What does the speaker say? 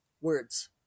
Words